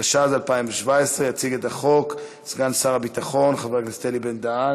התשע"ז 2017, לוועדת החוץ והביטחון נתקבלה.